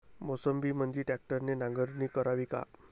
मोसंबीमंदी ट्रॅक्टरने नांगरणी करावी का?